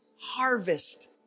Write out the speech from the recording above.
harvest